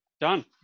Done